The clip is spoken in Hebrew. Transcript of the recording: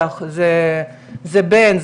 זה בן,